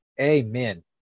Amen